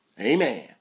Amen